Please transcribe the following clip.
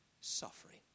suffering